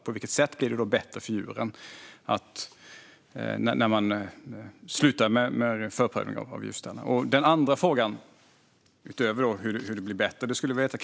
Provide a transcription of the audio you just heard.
På vilket sätt blir det bättre för djuren att sluta med förprövning av djurstallar? Sedan har jag en andra fråga.